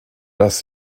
das